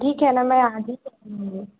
ठीक है ना मैं आज ही करूँगी ये